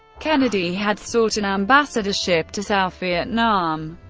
kennedy had sought an ambassadorship to south vietnam.